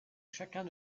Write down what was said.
chacun